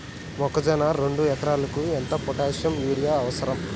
మొక్కజొన్న రెండు ఎకరాలకు ఎంత పొటాషియం యూరియా అవసరం?